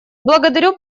благодарю